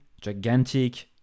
gigantic